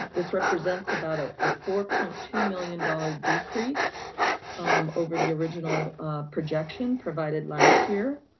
this represents about a ah four point two million dollars decrease over the original projection provided last year.